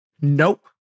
Nope